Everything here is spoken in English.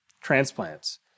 transplants